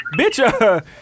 bitch